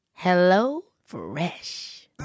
HelloFresh